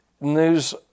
news